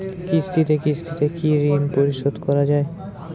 কিস্তিতে কিস্তিতে কি ঋণ পরিশোধ করা য়ায়?